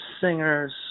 singers